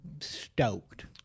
stoked